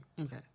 Okay